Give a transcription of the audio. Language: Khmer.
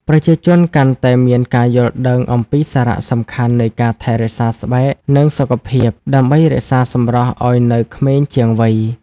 ប្រជាជនកាន់តែមានការយល់ដឹងអំពីសារៈសំខាន់នៃការថែរក្សាស្បែក និងសុខភាព ដើម្បីរក្សាសម្រស់ឱ្យនៅក្មេងជាងវ័យ។